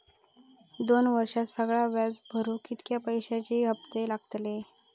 दोन वर्षात सगळा व्याज भरुक कितक्या पैश्यांचे हप्ते लागतले?